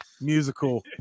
musical